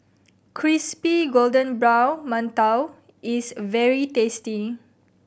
crispy golden brown mantou is very tasty